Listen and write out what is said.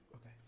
Okay